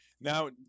Now